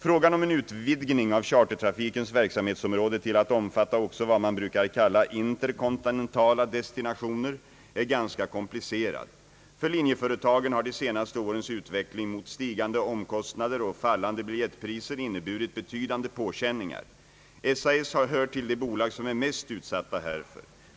Frågan om en utvidgning av chartertrafikens verksamhetsområde till att omfatta också vad man brukar kalla interkontinentala destinationer är ganska komplicerad. För linjeföretagen har de senaste årens utveckling mot stigande omkostnader och fallande biljettpriser inneburit betydande påkänningar. SAS bör till de bolag som är mest utsatta härför.